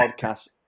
Podcast